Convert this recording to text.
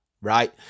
right